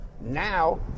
Now